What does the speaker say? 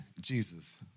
Jesus